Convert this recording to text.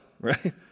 right